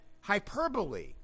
hyperbole